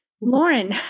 Lauren